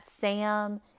Sam